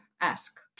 ask